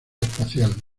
espacial